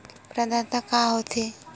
प्रदाता का हो थे?